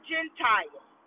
Gentiles